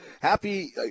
happy